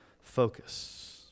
focus